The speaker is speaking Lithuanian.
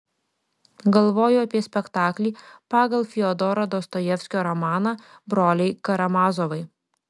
galvoju apie spektaklį pagal fiodoro dostojevskio romaną broliai karamazovai